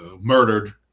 murdered